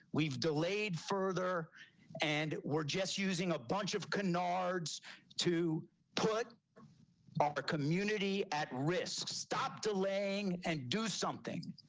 we've delayed further and we're just using a bunch of canards to put our community at risk. stop delaying and do something.